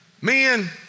Men